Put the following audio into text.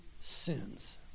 sins